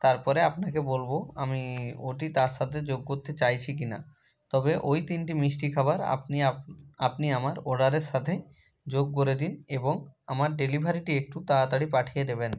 তারপরে আপনাকে বলবো আমি ওটি তার সাথে যোগ করতে চাইছি কি না তবে ওই তিনটি মিষ্টি খাবার আপনি আপনি আমার অর্ডারের সাথে যোগ করে দিন এবং আমার ডেলিভারিটি একটু তাড়াতাড়ি পাঠিয়ে দেবেন